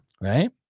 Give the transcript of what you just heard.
right